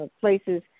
places